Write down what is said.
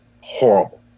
horrible